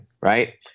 right